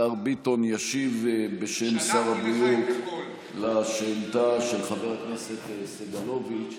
השר ביטון ישיב בשם שר הבריאות על שאילתה של חבר הכנסת סגלוביץ'.